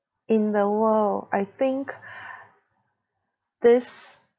in the world I think this